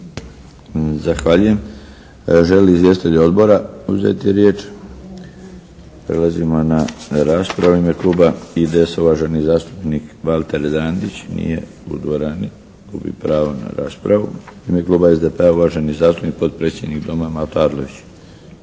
Zahvaljujem. Želi li izvjestitelj Odbora uzeti riječ? Prelazimo na raspravu. U ime kluba IDS-a, uvaženi zastupnik Valter Drandić. Nije u dvorani. Gubi pravo na raspravu. U ime kluba SDP-a, uvaženi zastupnik, potpredsjednik Doma Mato Arlović.